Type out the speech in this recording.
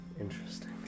Interesting